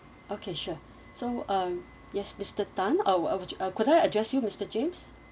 okay sure so um yes mister tan uh could I address you mister james